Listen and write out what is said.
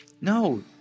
No